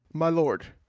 my lord,